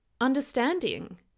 understanding